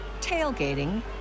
tailgating